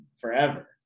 forever